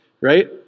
right